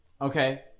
Okay